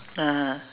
(uh huh)